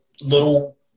little